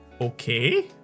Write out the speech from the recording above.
okay